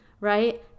Right